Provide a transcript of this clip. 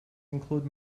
include